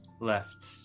left